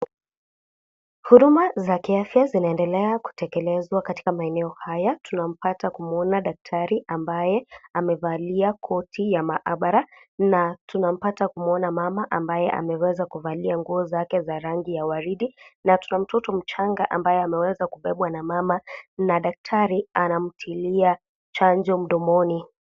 Huduma za kiafya zinaendelea kutekelezwa katika maeneo haya. Tunampata kumwona daktari ambaye amevalia koti ya maabara na tunampata kumwona mama ambaye ameweza kuvalia nguo zake za rangi ya waridi na tuna mtoto mchanga, ambaye ameweza kubebwa na mama na daktari anamtilia chanjo mdomoni.